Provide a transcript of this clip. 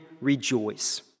rejoice